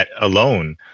alone